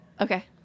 Okay